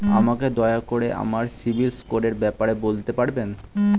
আমাকে দয়া করে আমার সিবিল স্কোরের ব্যাপারে বলতে পারবেন?